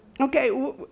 okay